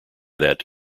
that